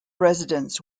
residents